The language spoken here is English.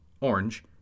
orange